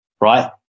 right